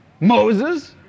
Moses